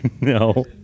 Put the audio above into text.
No